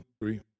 three